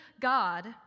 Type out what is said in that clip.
God